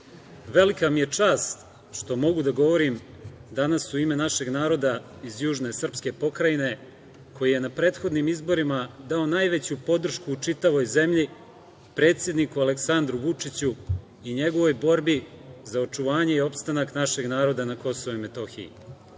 velika mi je čast što mogu da govorim danas u ime našeg naroda iz južne srpske pokrajine, koji je na prethodnim izborima dao najveću podršku u čitavoj zemlji predsedniku Aleksandru Vučiću i njegovoj borbi za očuvanje i opstanak našeg naroda na KiM.